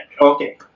Okay